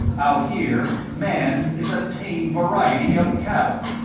out here man is a tame variety of cattle.